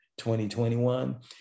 2021